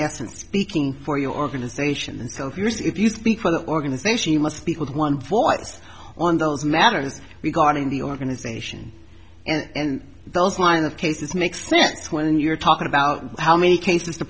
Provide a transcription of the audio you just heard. essence speaking for your organisation and self interest if you speak for the organisation you must speak with one voice on those matters regarding the organisation and those line of cases makes sense when you're talking about how many cases to